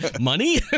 money